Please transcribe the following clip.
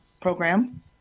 program